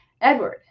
Edward